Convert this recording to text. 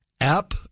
app